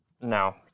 no